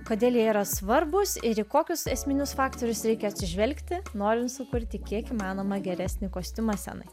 kodėl jie yra svarbūs ir į kokius esminius faktorius reikia atsižvelgti norint sukurti kiek įmanoma geresnį kostiumą scenai